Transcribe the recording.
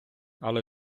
але